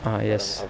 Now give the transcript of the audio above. ah yes